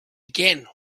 again